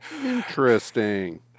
Interesting